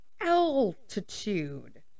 altitude